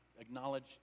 acknowledge